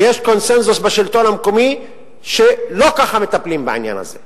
ויש קונסנזוס בשלטון המקומי שלא ככה מטפלים בעניין הזה.